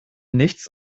nichts